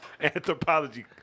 Anthropology